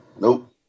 Nope